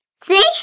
See